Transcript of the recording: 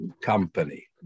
company